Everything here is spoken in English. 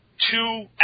Two